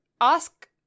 ask